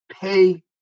pay